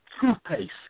toothpaste